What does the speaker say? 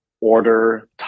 order